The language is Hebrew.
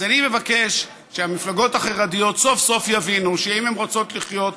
אז אני מבקש שהמפלגות החרדיות סוף-סוף יבינו שאם הן רוצות לחיות,